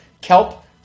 kelp